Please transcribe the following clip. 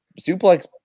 suplex